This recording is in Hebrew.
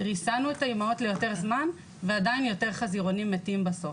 ריסנו את האימהות ליותר זמן ועדיין יותר חזירונים מתים בזאת.